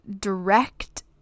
direct